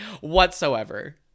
whatsoever